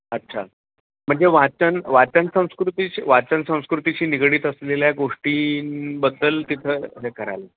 अच्छा म्हणजे वाचन वाचनसंस्कृतीशी वाचनसंस्कृतीशी निगडीत असलेल्या गोष्टींबद्दल तिथं हे करायला